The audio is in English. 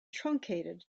truncated